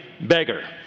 beggar